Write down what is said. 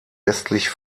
westlich